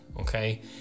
Okay